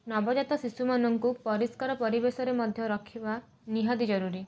ନବଜାତ ଶିଶୁମାନଙ୍କୁ ପରିଷ୍କାର ପରିବେଶରେ ମଧ୍ୟ ରଖିବା ନିହାତି ଜରୁରୀ